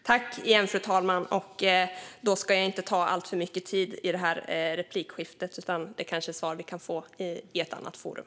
Fru talman! Då ska jag inte ta alltför mycket tid med det här replikskiftet. Vi kanske kan få svar i ett annat forum.